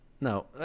No